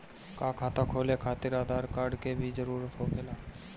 का खाता खोले खातिर आधार कार्ड के भी जरूरत होखेला?